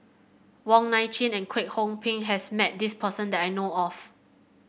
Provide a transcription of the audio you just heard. Wong Nai Chin and Kwek Hong Png has met this person that I know of